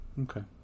Okay